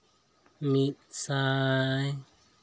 ᱢᱤᱫ ᱥᱟᱭ